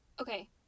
Okay